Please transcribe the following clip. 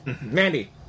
Mandy